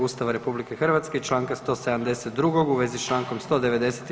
Ustava RH i čl. 172. u vezi s čl. 190.